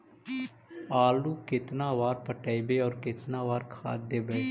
आलू केतना बार पटइबै और केतना बार खाद देबै?